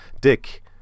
dick